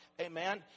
Amen